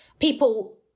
people